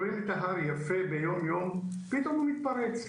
רואים את ההר יפה ביום-יום ופתאום הוא מתפרץ,